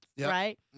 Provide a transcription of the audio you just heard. right